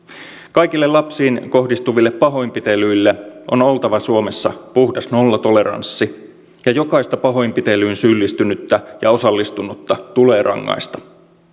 kaikille lapsiin kohdistuville pahoinpitelyille on oltava suomessa puhdas nollatoleranssi ja jokaista pahoinpitelyyn syyllistynyttä ja osallistunutta tulee rangaista